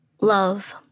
Love